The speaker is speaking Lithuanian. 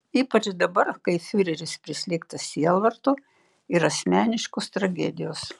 ypač dabar kai fiureris prislėgtas sielvarto ir asmeniškos tragedijos